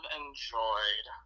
enjoyed